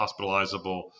hospitalizable